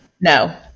No